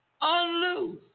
unloose